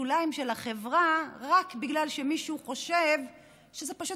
בשוליים של החברה רק בגלל שמישהו חושב שזה פשוט